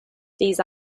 these